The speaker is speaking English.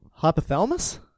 Hypothalamus